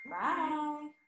bye